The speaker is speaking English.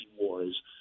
wars